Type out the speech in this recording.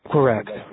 Correct